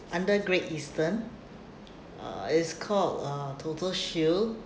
under great eastern uh it's called uh total shield